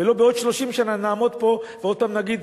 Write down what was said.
ולא בעוד 30 שנה נעמוד פה ועוד פעם נגיד,